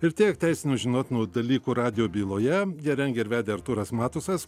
ir tiek teisinių žinotinų dalykų radijo byloje ją rengė ir vedė artūras matusas